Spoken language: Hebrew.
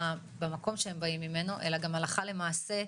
במקום שהם באים ממנו אלא גם הלכה למעשה,